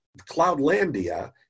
Cloudlandia